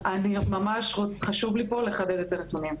אני ממש, חשוב לי פה לחדד את הנתונים.